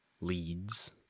leads